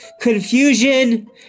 confusion